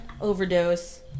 overdose